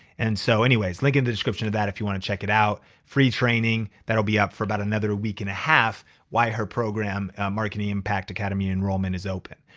and so anyways, link in to the description of that, if you wanna check it out. free training, that'll be up for about another week and a half while her program marketing impact academy enrollment is open.